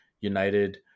United